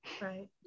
right